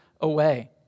away